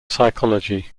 psychology